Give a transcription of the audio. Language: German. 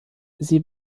sie